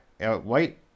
white